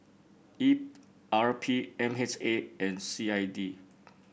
E R P M H A and C I D